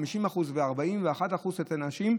50% ו-41% אצל הנשים,